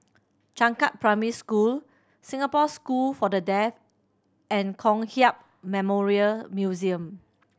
Changkat Primary School Singapore School for The Deaf and Kong Hiap Memorial Museum